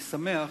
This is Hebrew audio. אני שמח